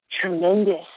tremendous